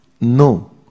no